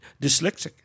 dyslexic